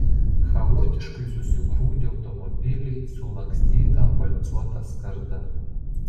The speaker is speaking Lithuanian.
chaotiškai susigrūdę automobiliai sulankstyta valcuota skarda